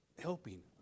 helping